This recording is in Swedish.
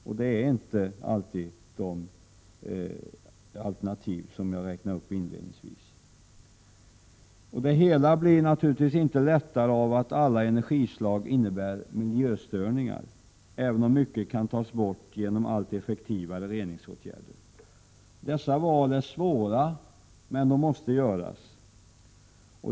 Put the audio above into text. De alternativ jag räknade upp inledningsvis motsvarar inte alltid dessa krav. Det hela blir naturligtvis inte lättare av att alla energislag innebär miljöstörningar, även om mycket kan förbättras genom effektivare reningsåtgärder. Dessa val är svåra, men de måste göras.